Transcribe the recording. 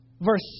verse